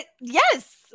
Yes